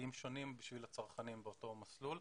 סעדים שונים עבור הצרכנים באותו מסלול,